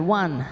one